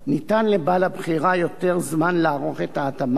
ניתן לבעל הבריכה יותר זמן לערוך את ההתאמה,